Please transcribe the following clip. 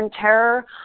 Terror